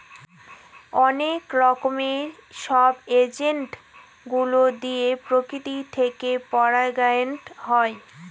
অনেক রকমের সব এজেন্ট গুলো দিয়ে প্রকৃতি থেকে পরাগায়ন হয়